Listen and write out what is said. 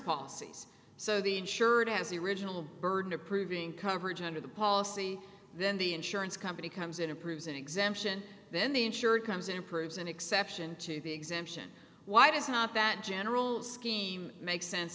policies so the insured has the original burden of proving coverage under the policy then the insurance company comes in approves an exemption then the insured comes in proves an exception to the exemption why does not that general scheme make sen